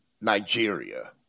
nigeria